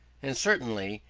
and certainly,